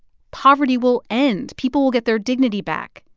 poverty will end. people will get their dignity back.